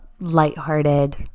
lighthearted